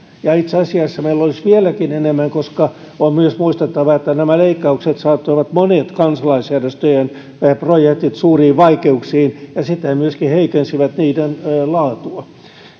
ja itse asiassa meillä olisi vieläkin enemmän koska on myös muistettava että nämä leikkaukset saattoivat monet kansalaisjärjestöjen projektit suuriin vaikeuksiin ja siten myöskin heikensivät niiden laatua